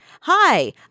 hi